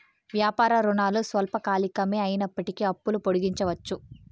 వ్యాపార రుణాలు స్వల్పకాలికమే అయినప్పటికీ అప్పులు పొడిగించవచ్చు